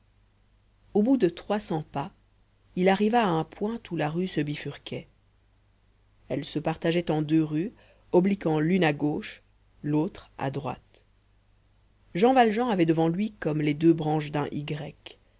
au bout de trois cents pas il arriva à un point où la rue se bifurquait elle se partageait en deux rues obliquant l'une à gauche l'autre à droite jean valjean avait devant lui comme les deux branches d'un y